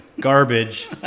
garbage